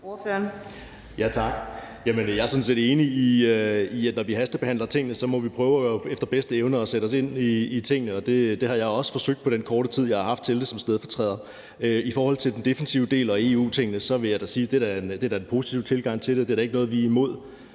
jeg er sådan set enig i, at når vi hastebehandler ting, må vi prøve efter bedste evne at sætte os ind i de ting, og det har jeg også forsøgt på den korte tid, jeg har haft til det som stedfortræder. I forhold til den defensive del og EU-delen vil jeg sige, at det da er en positiv tilgang til det, og det er ikke noget, vi er imod.